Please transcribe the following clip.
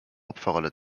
opferrolle